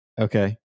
Okay